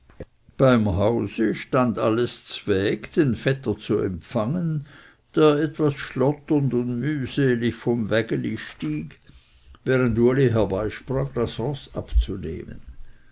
beim hause stund alles zweg den vetter zu empfangen der etwas schlotternd und mühselig vom wägeli stieg während uli herbeisprang das roß abzunehmen